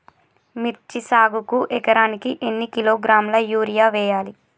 మిర్చి సాగుకు ఎకరానికి ఎన్ని కిలోగ్రాముల యూరియా వేయాలి?